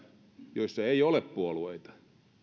joissa ei ole puolueita